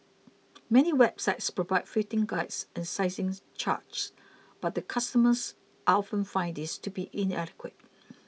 many websites provide fitting guides and sizings chart but the customers often find these to be inadequate